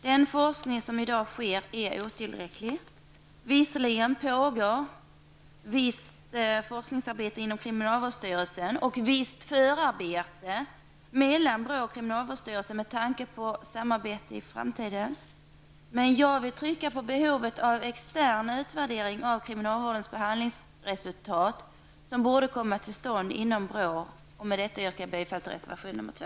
Den forskning som i dag sker är otillräcklig. Visserligen pågår visst forskningsarbete inom kriminalvårdsstyrelsen och visst förarbete mellan BRÅ och kriminalvårdsstyrelsen med tanke på samarbete i framtiden. Jag vill trycka på behovet av extern utvärdering av kriminalvårdens behandlingsresultat, vilket borde komma till stånd inom BRÅ. Med detta yrkar jag bifall till reservation 2.